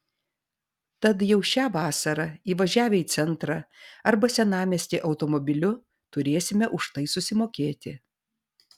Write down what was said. tad jau šią vasarą įvažiavę į centrą arba senamiestį automobiliu turėsime už tai susimokėti